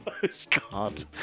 Postcard